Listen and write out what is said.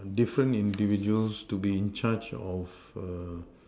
different individuals to be in charge of